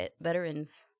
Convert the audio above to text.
veterans